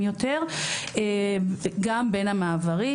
חברותיי